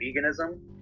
veganism